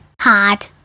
Hard